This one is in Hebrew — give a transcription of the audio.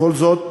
בכל זאת,